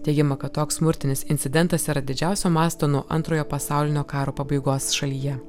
teigiama kad toks smurtinis incidentas yra didžiausio masto nuo antrojo pasaulinio karo pabaigos šalyje